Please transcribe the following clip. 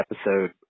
episode